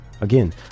Again